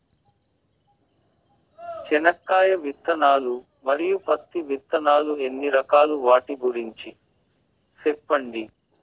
చెనక్కాయ విత్తనాలు, మరియు పత్తి విత్తనాలు ఎన్ని రకాలు వాటి గురించి సెప్పండి?